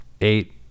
eight